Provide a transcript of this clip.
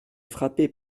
frappé